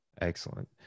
Excellent